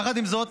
יחד עם זאת,